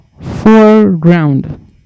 foreground